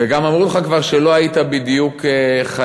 וגם אמרו לך כבר שלא היית בדיוק חייל.